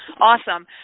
Awesome